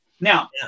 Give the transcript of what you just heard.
Now